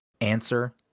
Answer